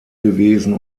gewesen